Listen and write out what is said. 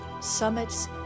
summits